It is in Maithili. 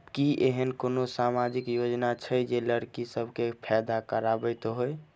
की एहेन कोनो सामाजिक योजना छै जे लड़की सब केँ फैदा कराबैत होइ?